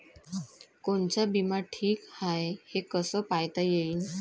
कोनचा बिमा ठीक हाय, हे कस पायता येईन?